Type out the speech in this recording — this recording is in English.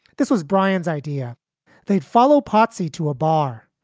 this was brian's idea they'd follow pottsy to a bar.